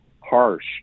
harsh